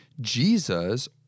Jesus